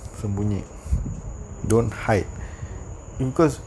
mm mm